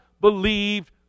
believed